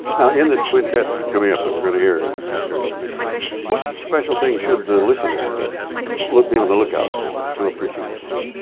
now in this quintet coming up that we're gonna hear after intermission what special thing should the listener look be on the lookout for to appreciate it most?